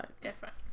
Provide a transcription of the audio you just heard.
Different